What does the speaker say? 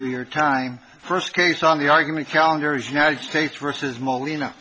here time first case on the argument calendar is united states versus malina